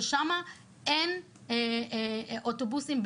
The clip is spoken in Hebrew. ששם אין אוטובוסים.